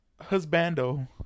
husbando